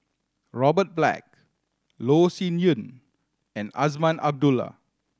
Robert Black Loh Sin Yun and Azman Abdullah